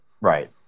Right